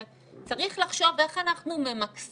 זאת אומרת צריך לחשוב איך אנחנו ממקסמים